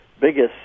biggest